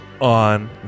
on